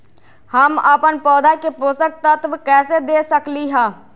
हम अपन पौधा के पोषक तत्व कैसे दे सकली ह?